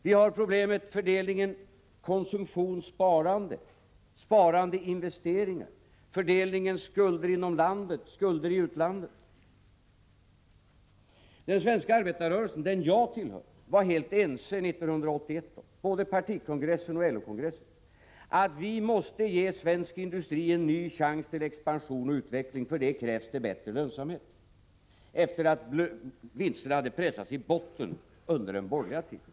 Vi har problemet med fördelningen konsumtion-sparande, sparande-investeringar, fördelningen skulder inom landet-skulder i utlandet. Den svenska arbetarrörelsen, som jag tillhör, var helt ense 1981 — både partikongressen och LO-kongressen — om att vi måste ge svensk industri en ny chans till expansion och utveckling efter det att vinsterna hade pressats i botten under den borgerliga tiden.